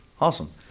Awesome